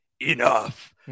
enough